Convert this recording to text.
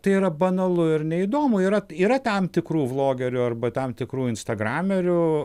tai yra banalu ir neįdomu yra yra tam tikrų vlogerių arba tam tikrų instagramerių